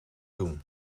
doen